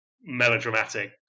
melodramatic